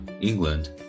England